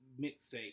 mixtape